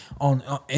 on